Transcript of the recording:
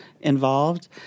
involved